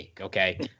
okay